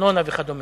ארנונה וכדומה.